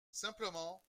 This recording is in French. simplement